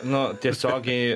nu tiesiogiai